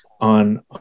on